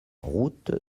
route